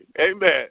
Amen